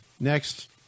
Next